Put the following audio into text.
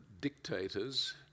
dictators